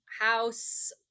House